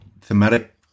thematic